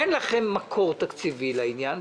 אין לכם מקור תקציבי לעניין,